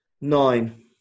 nine